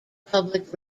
public